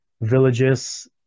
villages